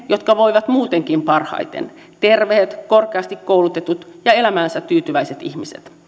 jotka voivat muutenkin parhaiten terveet korkeasti koulutetut ja elämäänsä tyytyväiset ihmiset